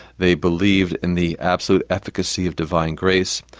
they believed in the absolute efficacy of divine grace,